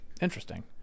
Interesting